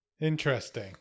Interesting